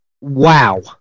wow